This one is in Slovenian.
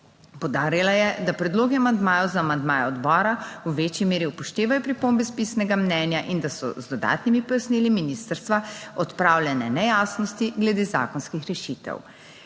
Poudarila je, da predlogi amandmajev za amandmaje odbora v večji meri upoštevajo pripombe iz pisnega mnenja in da so z dodatnimi pojasnili ministrstva odpravljene nejasnosti glede zakonskih rešitev.